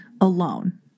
alone